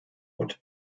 und